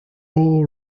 all